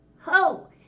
Ho